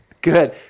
Good